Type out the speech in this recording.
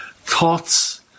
thoughts